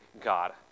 God